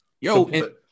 yo